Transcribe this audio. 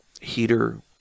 heater